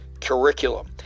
Curriculum